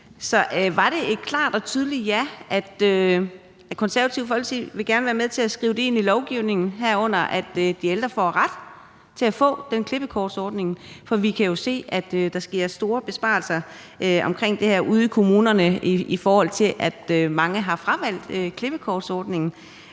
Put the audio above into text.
Var det et klart og tydeligt ja til, at Det Konservative Folkeparti gerne vil være med til at skrive ind i lovgivningen, at de ældre har ret til at få den klippekortordning? For vi kan jo se, at der sker store besparelser på det her ude i kommunerne, hvor mange har fravalgt klippekortordningen.